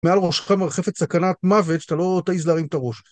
מעל ראשך מרחפת סכנת מוות שאתה לא תעיז להרים את הראש.